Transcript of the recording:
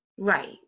Right